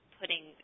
putting